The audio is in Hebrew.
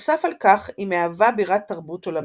נוסף על כך, היא מהווה בירת תרבות עולמית.